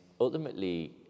ultimately